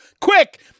quick